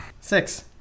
Six